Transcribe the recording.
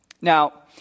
Now